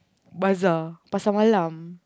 Bazaar Pasar-Malam